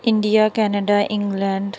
India Canada England